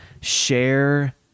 share